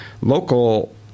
Local